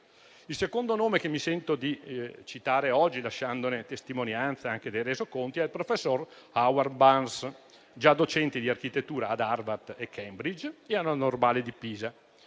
Il secondo nome che mi sento di citare oggi, lasciandone testimonianza anche nei resoconti della seduta, è il professor Howard Burns, già docente di architettura ad Harvard, a Cambridge e alla Normale di Pisa,